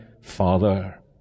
Father